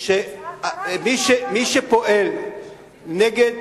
שמי שפועל נגד,